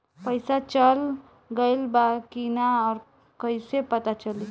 पइसा चल गेलऽ बा कि न और कइसे पता चलि?